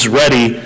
ready